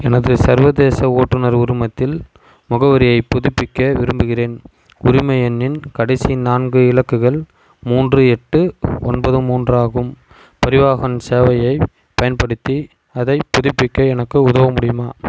எனது சர்வதேச ஓட்டுநர் உரிமத்தில் முகவரியைப் புதுப்பிக்க விரும்புகிறேன் உரிமை எண்ணின் கடைசி நான்கு இலக்குகள் மூன்று எட்டு ஒன்பது மூன்று ஆகும் பரிவாஹன் சேவையைப் பயன்படுத்தி அதைப் புதுப்பிக்க எனக்கு உதவ முடியுமா